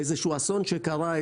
איזשהו אסון שקרה,